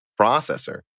processor